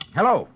Hello